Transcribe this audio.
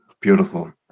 beautiful